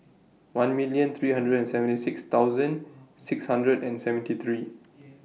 one million three hundred and seventy six thousand six hundred and seventy three